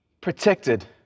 protected